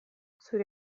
zure